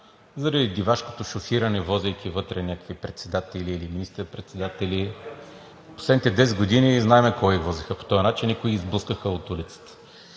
заради дивашкото шофиране, возейки вътре някакви председатели или министър-председатели. Последните 10 години знаем кой возеха по този начин и кои изблъскаха от улицата,